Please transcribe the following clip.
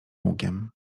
lukiem